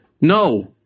No